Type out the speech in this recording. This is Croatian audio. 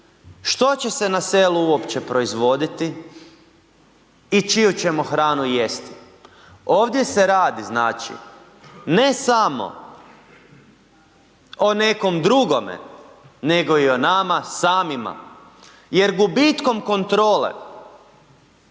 što će se na selu uopće proizvoditi i čiju ćemo hranu jesti. Ovdje se radi znači, ne samo o nekom drugome nego i o nama samima jer gubitkom kontrole